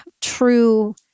true